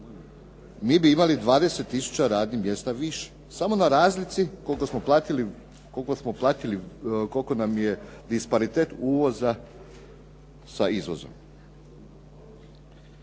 mi bi imali 20 tisuća radnih mjesta više. Samo na razlici koliko smo platili, koliko nam je disparitet uvoza sa izvozom.